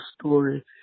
story